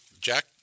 jack